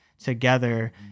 together